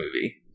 movie